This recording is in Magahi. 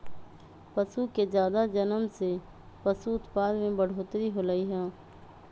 पशु के जादा जनम से पशु उत्पाद में बढ़ोतरी होलई ह